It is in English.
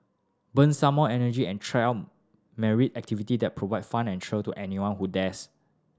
burn some more energy and try out myriad activity that provide fun and thrill to anyone who dares